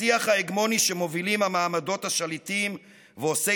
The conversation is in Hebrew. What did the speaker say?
השיח ההגמוני שמובילים המעמדות השליטים ועושי